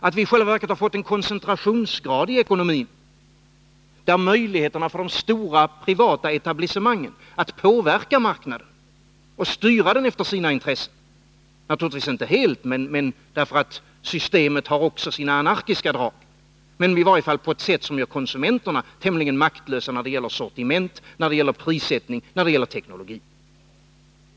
Det är ett problem att vi har fått en sådan koncentrationsgrad i ekonomin att det är möjligt för de stora privata etablissemangen att påverka marknaden och styra den efter sina intressen — inte helt, eftersom systemet också delvis har sina anarkiska drag, men på ett sätt som gör konsumenterna tämligen maktlösa när det gäller sortiment, prissättning och teknologi.